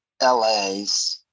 LAs